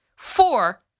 Four